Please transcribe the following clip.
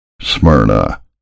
Smyrna